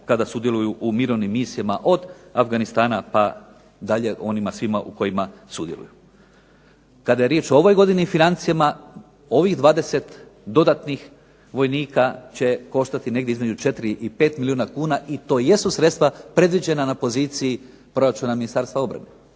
Kada je riječ o ovoj godini financijama, ovih 20 dodatnih vojnika će koštati negdje između 4 i 5 milijuna kuna i to jesu sredstva predviđena na poziciji proračuna Ministarstva obrane.